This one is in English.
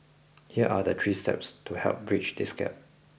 here are the three steps to help bridge this gap